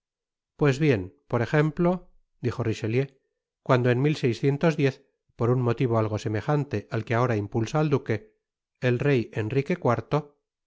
pues bien i por ejemplo dijo richelieu cuando en por un motivo algo semejante al que ahora impulsa at duque el rey